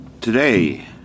Today